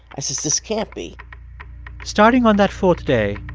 i said, this can't be starting on that fourth day,